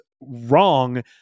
wrong